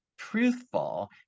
truthful